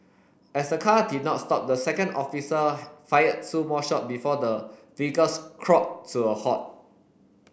as the car did not stop the second officer fired two more shot before the vehicle crawled to a halt